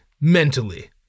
mentally